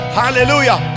hallelujah